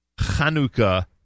Chanukah